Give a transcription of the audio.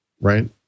right